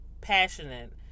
passionate